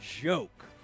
joke